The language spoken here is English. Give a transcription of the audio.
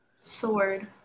Sword